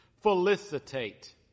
Felicitate